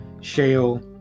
Shale